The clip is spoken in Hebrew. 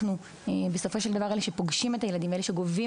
אנחנו בסופו של דבר אלה שפוגשים את הילדים ואלה שגובים